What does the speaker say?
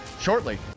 shortly